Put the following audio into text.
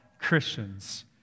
Christians